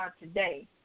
today